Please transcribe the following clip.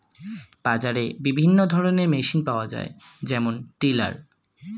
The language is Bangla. বাজারে বিভিন্ন ধরনের মেশিন পাওয়া যায় যেমন টিলার